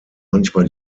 manchmal